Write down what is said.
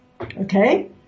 Okay